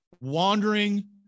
wandering